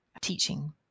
teaching